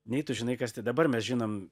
nei tu žinai kas tai dabar mes žinom